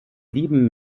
blieben